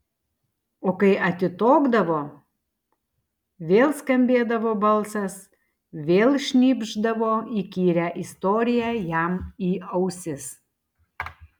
o kai atitokdavo vėl skambėdavo balsas vėl šnypšdavo įkyrią istoriją jam į ausis